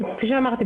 כמו שאמרתי,